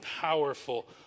powerful